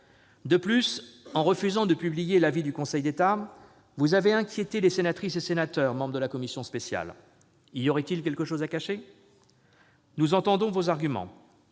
De plus, en refusant de publier l'avis du Conseil d'État, vous avez alarmé les sénatrices et sénateurs membres de la commission spéciale. Y aurait-il quelque chose à cacher ? Nous entendons vos arguments